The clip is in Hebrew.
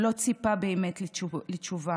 הוא לא ציפה באמת לתשובה.